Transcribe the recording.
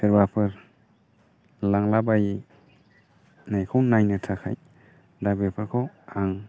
सोरबाफोर लांलाबायनायखौ नायनो थाखाय दा बेफोरखौ आं